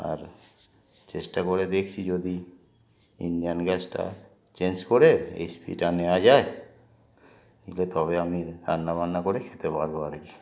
আর চেষ্টা করে দেখছি যদি ইঞ্জিয়ান গ্যাসটা চেঞ্জ করে এইচপিটা নেওয়া যায় এলে তবে আমি রান্না বান্না করে খেতে পারবো আর কি